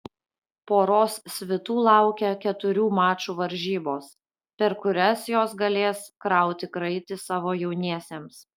poros svitų laukia keturių mačų varžybos per kurias jos galės krauti kraitį savo jauniesiems